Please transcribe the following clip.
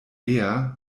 eher